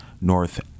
North